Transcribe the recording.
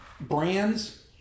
brands